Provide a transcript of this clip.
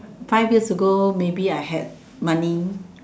five years ago maybe I had money